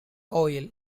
oil